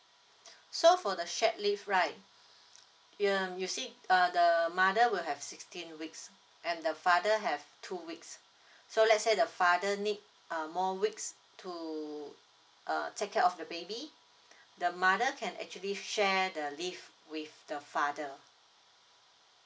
so for the shared leave right you um you see uh the mother will have sixteen weeks and the father have two weeks so let's say the father need uh more weeks to uh take care of the baby the mother can actually share the leave with the father